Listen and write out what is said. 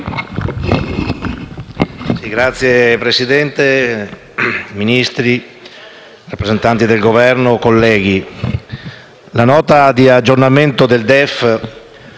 Signor Presidente, Ministri, rappresentanti del Governo, colleghi, la Nota di aggiornamento del DEF